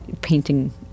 painting